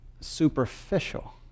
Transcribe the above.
superficial